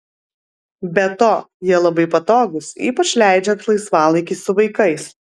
be to jie labai patogūs ypač leidžiant laisvalaikį su vaikais